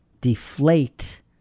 deflate